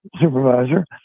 supervisor